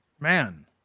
Man